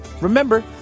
Remember